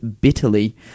bitterly